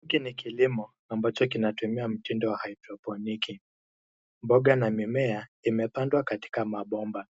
Hiki ni kilimo ambacho kinatumia mtindo wa hydroponiki . Mboga na mimea imepandwa katika mabomba.